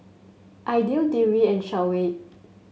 Aidil Dewi and Shoawi